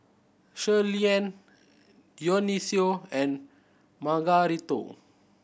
Shirleyann Dionicio and Margarito